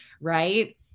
Right